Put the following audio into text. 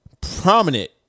prominent